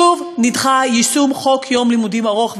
שוב נדחה יישום חוק יום לימודים ארוך,